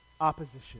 opposition